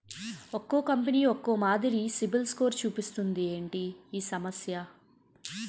ఒక్కో కంపెనీ ఒక్కో మాదిరి సిబిల్ స్కోర్ చూపిస్తుంది ఏంటి ఈ సమస్య?